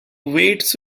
waits